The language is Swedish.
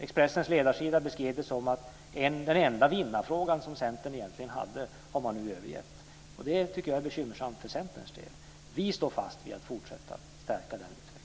Expressens ledarsida beskrev det som att den enda vinnarfrågan Centern egentligen hade har man nu övergett. Det tycker jag är bekymmersamt för Centerns del. Vi står fast vid att fortsätta stärka den här utvecklingen.